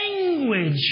language